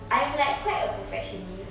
I'm like quite a perfectionist